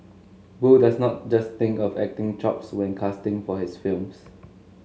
boo does not just think of acting chops when casting for his films